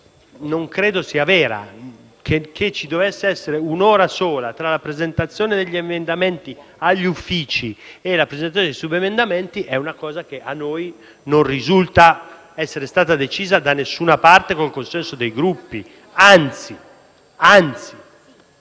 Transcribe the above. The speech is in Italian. non credo sia vera. Che ci sarebbe stata una sola ora di tempo tra la presentazione degli emendamenti agli Uffici e il termine per la presentazione dei subemendamenti è una cosa che a noi non risulta essere stata decisa da nessuna parte con il consenso dei Gruppi. Anzi, si